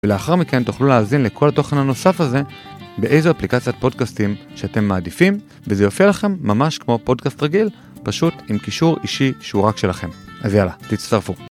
ולאחר מכן תוכלו להאזין לכל התוכן הנוסף הזה באיזו אפליקציית פודקאסטיים שאתם מעדיפים, וזה יופיע לכם ממש כמו פודקאסט רגיל, פשוט עם קישור אישי שהוא רק שלכם. אז יאללה, תצטרפו.